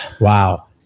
Wow